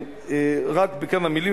רק בכמה מלים,